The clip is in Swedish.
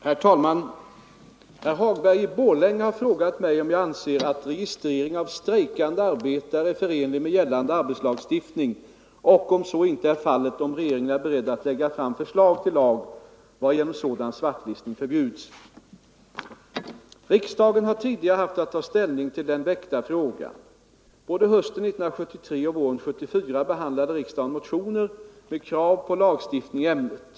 Herr talman! Herr Hagberg i Borlänge har frågat mig om jag anser att registrering av strejkande arbetare är förenlig med gällande arbetslagstiftning och, om så inte är fallet, om regeringen är beredd att lägga fram förslag till lag varigenom sådan svartlistning förbjuds. Riksdagen har tidigare haft att ta ställning till den väckta frågan. Både hösten 1973 och våren 1974 behandlade riksdagen motioner med krav på lagstiftning i ämnet .